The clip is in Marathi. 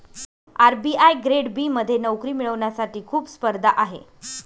आर.बी.आई ग्रेड बी मध्ये नोकरी मिळवण्यासाठी खूप स्पर्धा आहे